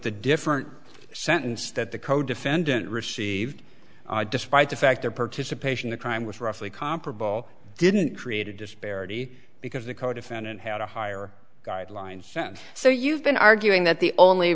the different sentence that the codefendant received despite the fact their participation the crime was roughly comparable didn't create a disparity because the codefendant had a higher guideline sense so you've been arguing that the only